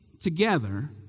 together